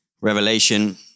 Revelation